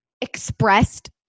expressed